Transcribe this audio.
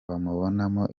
bamubonamo